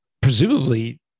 presumably